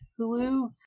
Hulu